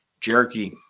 jerky